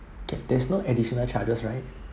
okay there's no additional charges right